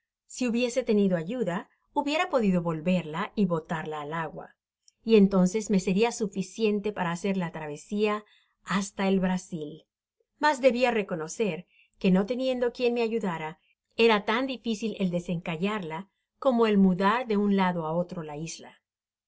si hubiese tenido ayuda hubiera podido volverla y botarla al agua y entonces me seria suficiente para hacer la travesia hasta el brasil mas debia reconocer que no teniendo quien me ayudara era tan dificil el desencallarla como el mudar de un lado á otro la isla